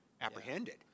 apprehended